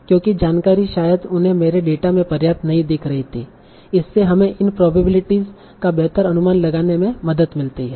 क्योंकि जानकारी शायद उन्हें मेरे डेटा में पर्याप्त नहीं दिख रही थी इससे हमें इन प्रोबेबिलिटीस का बेहतर अनुमान लगाने में मदद मिलती है